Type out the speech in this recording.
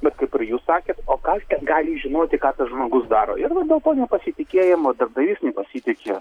bet kaip ir jūs sakėt o kas ten gali žinoti ką tas žmogus daro ir va dėl to nepasitikėjimo darbdavys nepasitiki